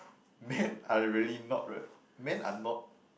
men are really not men are not